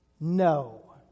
No